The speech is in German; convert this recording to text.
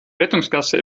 rettungsgasse